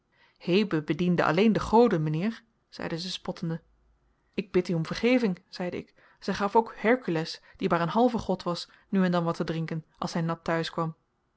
hebe bediende alleen de goden mijnheer zeide zij spottende ik bid u om vergeving zeide ik zij gaf ook hercules die maar een halve god was nu en dan wat te drinken als hij nat